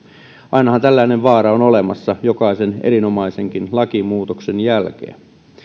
ainahan tällainen vaara on olemassa jokaisen erinomaisenkin lakimuutoksen jälkeen